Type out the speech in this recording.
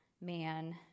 man